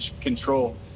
control